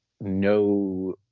No